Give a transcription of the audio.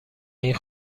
این